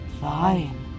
fine